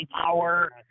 power